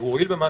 הועיל במשהו.